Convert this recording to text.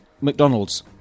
McDonald's